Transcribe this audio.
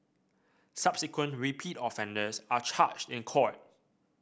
subsequent repeat offenders are charged in court